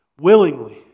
willingly